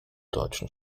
deutschen